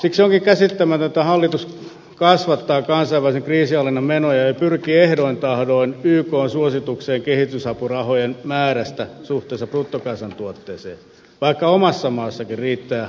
siksi onkin käsittämätöntä että hallitus kasvattaa kansainvälisen kriisinhallinnan menoja ja pyrkii ehdoin tahdoin ykn suositukseen kehitysapurahojen määrästä suhteessa bruttokansantuotteeseen vaikka omassa maassakin riittää avuntarvitsijoita